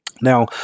Now